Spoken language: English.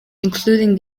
including